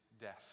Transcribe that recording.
death